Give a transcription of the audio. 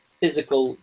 physical